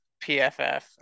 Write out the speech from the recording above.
PFF